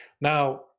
Now